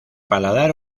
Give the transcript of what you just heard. paladar